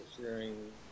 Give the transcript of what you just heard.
sharing